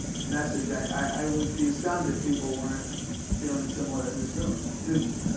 message, i would be stunned if people weren't feeling similar in this room, students.